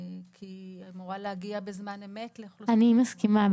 כי היא אמורה להגיע בזמן אמת לאוכלוסיות --- אני מסכימה.